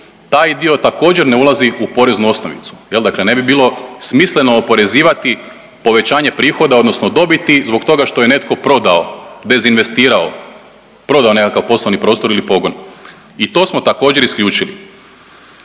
taj dio također ne ulazi u poreznu osnovicu, jel dakle ne bi bilo smisleno oporezivati povećanje prihoda odnosno dobiti zbog toga što je netko prodao, dezinvestirao, prodao nekakav poslovni prostor ili pogon i to smo također isključili.